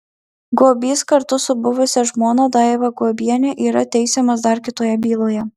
guobys kartu su buvusia žmona daiva guobiene yra teisiamas dar kitoje byloje